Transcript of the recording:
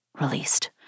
released